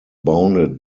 bounded